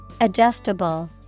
Adjustable